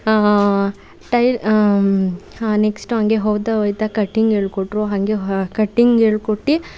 tail next ಹಂಗೆ ಹೋಗ್ತಾ ಹೋಗ್ತಾ ಕಟ್ಟಿಂಗ್ ಹೇಳಿಕೊಟ್ರು ಹಾಗೆ ಕಟ್ಟಿಂಗ್ ಹೇಳ್ಕೊಟ್ಟು